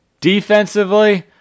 Defensively